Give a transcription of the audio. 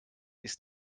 ist